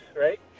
right